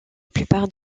plupart